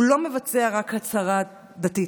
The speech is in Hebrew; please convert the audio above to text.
הוא לא מבצע רק הצהרה דתית.